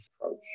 approach